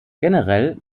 generell